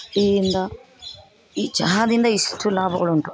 tea ಇಂದ ಈ ಚಹಾದಿಂದ ಇಷ್ಟು ಲಾಭಗಳುಂಟು